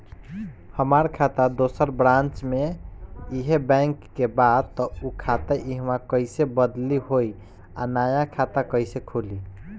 हमार खाता दोसर ब्रांच में इहे बैंक के बा त उ खाता इहवा कइसे बदली होई आ नया खाता कइसे खुली?